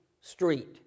street